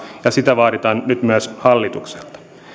ja sitä vaaditaan nyt myös hallitukselta